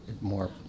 more